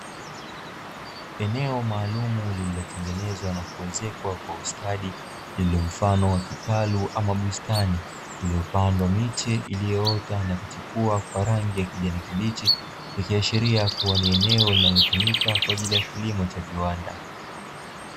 Eneo maalumu lililotengenezwa na kuezekwa kwa ustadi, lililo mfano wa kitalu ama bustani, iliyopandwa miche iliyoota na kuchipua kwa rangi ya kijani kibichi, likiashiria kuwa ni eneo linalotumika kwa ajili ya kilimo cha viwanda.